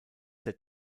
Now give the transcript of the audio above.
der